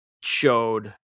showed